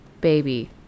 baby